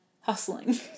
hustling